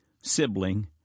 sibling